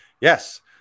Yes